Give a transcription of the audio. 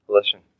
Listen